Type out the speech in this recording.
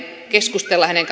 keskustella